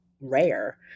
rare